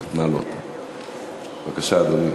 בבקשה, אדוני.